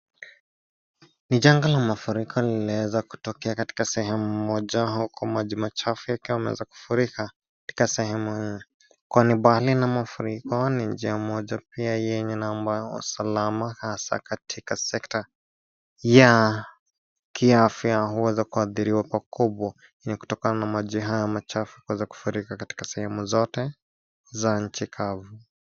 Ni janga la mafuriko linaweza kutokea katika sehemu moja huku maji machafu yakiwa yameweza kufurika, katika sehemu hii, kwani bali na mafuriko ni njia moja pia yenye ambayo usalama hasaa katika sekta, ya, kiafya huweza kuathiriwa pakubwa, ya kutokana na maji haya chafu kuweza kufurika katika sehemu zote, za nchi kavu.